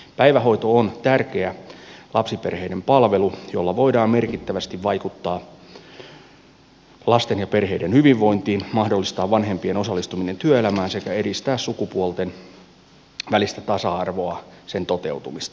päivähoito on tärkeä lapsiperheiden palvelu jolla voidaan merkittävästi vaikuttaa lasten ja perheiden hyvinvointiin mahdollistaa vanhempien osallistuminen työelämään sekä edistää sukupuolten välisen tasa arvon toteutumista